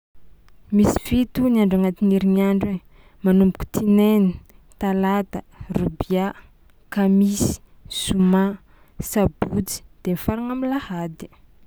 Misy fito ny andro agnatin'ny herignandro ai: manomboko tinainy, talata, robià, kamisy, zoma, sabotsy de mifaragna am'lahady.